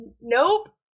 Nope